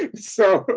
ah so, but